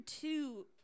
two